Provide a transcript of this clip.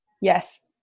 Yes